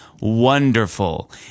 wonderful